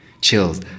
Chills